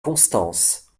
constance